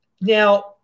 Now